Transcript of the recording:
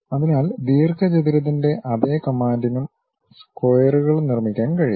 അതിനാൽ ദീർഘചതുരത്തിന്റെ അതേ കമാൻഡിനും സ്ക്വയറുകൾ നിർമ്മിക്കാൻ കഴിയും